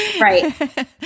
right